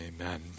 amen